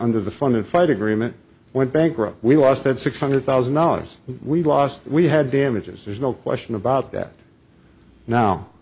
under the funding fight agreement went bankrupt we lost that six hundred thousand dollars we lost we had damages there's no question about that now